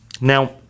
Now